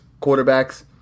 quarterbacks